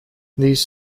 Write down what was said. these